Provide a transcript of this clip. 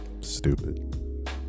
Stupid